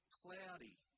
cloudy